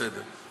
בסדר.